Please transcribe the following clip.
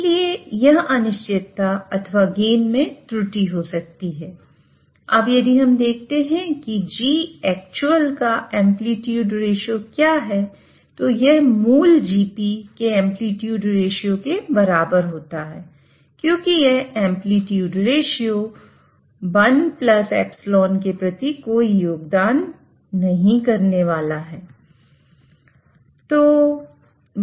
इसलिए यह अनिश्चितता 1 ε के प्रति कोई योगदान नहीं करने वाला है